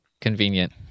convenient